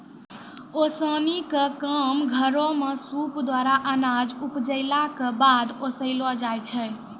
ओसौनी क काम घरो म सूप द्वारा अनाज उपजाइला कॅ बाद ओसैलो जाय छै?